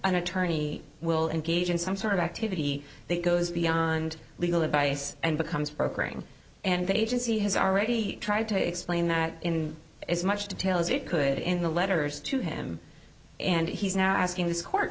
an attorney will engage in some sort of activity that goes beyond legal advice and becomes programming and the agency has already tried to explain that in as much detail as it could in the letters to him and he's now asking this court